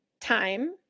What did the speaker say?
time